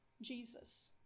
Jesus